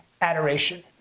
adoration